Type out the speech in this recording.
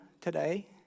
today